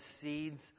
seeds